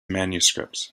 manuscripts